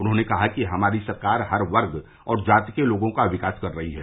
उन्होंने कहा कि हमारी सरकार हर वर्ग ओर जाति के लोगों का विकास कर रही है